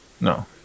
No